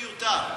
מיותר.